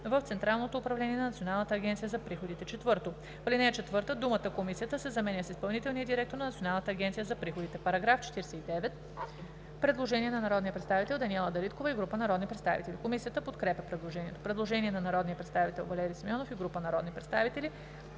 „в Централното управление на Националната агенция за приходите“. 4. В ал. 4 думата „Комисията“ се заменя с „изпълнителния директор на Националната агенция за приходите“.“ По § 49 има предложение на народния представител Даниела Дариткова и група народни представители. Комисията подкрепя предложението. Предложение на народния представител Валери Симеонов и група народни представители.